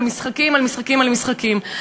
ומשחקים על משחקים על משחקים.